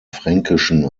fränkischen